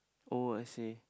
oh I see